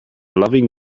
loving